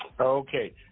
Okay